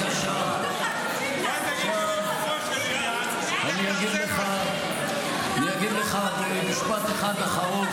אני אגיד לך משפט אחד אחרון,